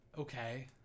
okay